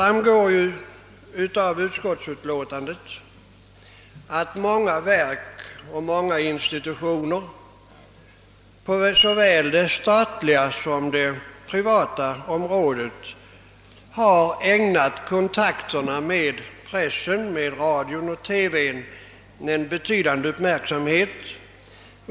Av utskottsutlåtandet framgår att många verk och institutioner på såväl det statliga som det privata området har ägnat kontakterna med press, radio och TV en betydande uppmärksamhet.